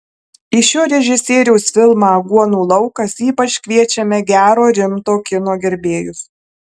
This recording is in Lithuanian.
į šio režisieriaus filmą aguonų laukas ypač kviečiame gero rimto kino gerbėjus